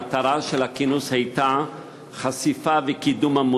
מטרת הכינוס הייתה חשיפה וקידום של